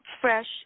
fresh